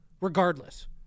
regardless